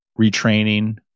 retraining